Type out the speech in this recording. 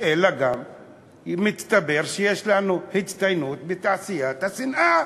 אלא מסתבר שיש לנו הצטיינות גם בתעשיית השנאה.